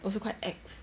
also quite ex